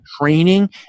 training